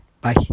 Bye